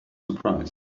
surprised